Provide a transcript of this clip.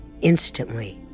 instantly